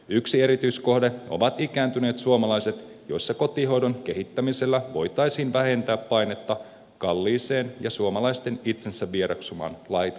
yksi erityiskohde ovat ikääntyneet suomalaiset joiden kohdalla kotihoidon kehittämisellä voitaisiin vähentää painetta kalliiseen ja suomalaisten itsensä vieroksumaan laitoshoitoon